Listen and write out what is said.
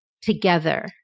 together